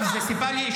אגב, זו סיבה לאשפוז.